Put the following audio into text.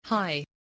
Hi